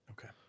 Okay